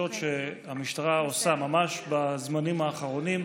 שהמשטרה עושה ממש בזמנים האחרונים,